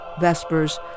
Vespers